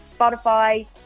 Spotify